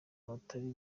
abatari